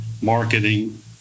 marketing